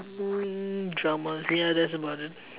hmm dramas ya that's about it